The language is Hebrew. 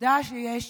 תודה שיש